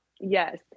yes